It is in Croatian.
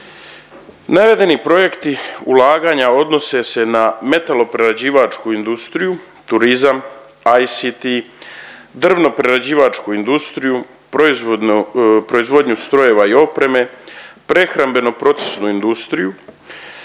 Navedeni projekti ulaganja odnose se na metaloprerađivačku industriju, turizam, ICT, drvno-prerađivačku industriju, proizvodnju strojeva i opreme, prehrambeno-procesnu industriju,